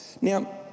Now